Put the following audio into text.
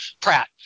Pratt